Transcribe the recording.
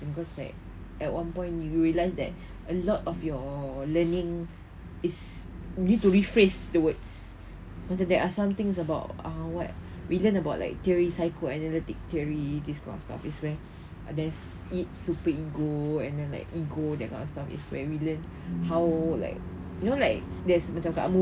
cause like at one point you realise that a lot of your learning is due to rephrase the words macam there are some things about ah what we learn about like theory psycho analytic theory this kind of stuff is where there's I_D super ego and then like ego that kind of stuff is where we learn how like you know like there's macam kat movie